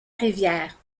rivière